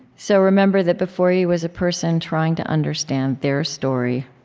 so remember that before you is a person trying to understand their story,